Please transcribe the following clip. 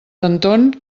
anton